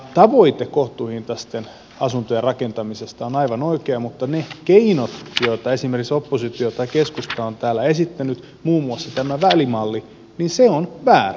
tavoite kohtuuhintaisten asuntojen rakentamisesta on aivan oikea mutta ne keinot joita esimerkiksi oppositio tai keskusta on täällä esittänyt muun muassa tämä välimalli ovat väärät